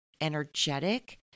energetic